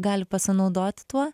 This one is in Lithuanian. gali pasinaudoti tuo